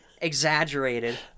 exaggerated